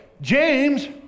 James